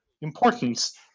importance